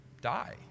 die